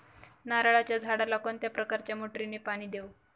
नारळाच्या झाडाला कोणत्या प्रकारच्या मोटारीने पाणी देऊ?